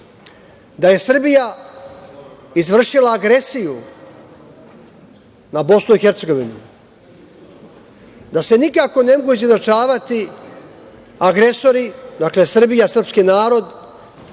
da je Srbija izvršila agresiju na Bosnu i Hercegovinu, da se nikako ne mogu izjednačavati agresori, dakle, Srbija, srpski narod